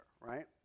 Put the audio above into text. right